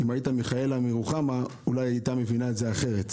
אם היית מיכאלה מרוחמה אולי היתה מבחינה זאת אחרת.